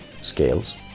scales